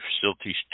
facilities